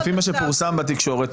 לפי מה שפורסם בתקשורת,